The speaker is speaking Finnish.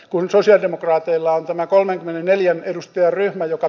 kun sosialidemokraateilla on tämä kolmekymmentäneljä edustajan ryhmä joka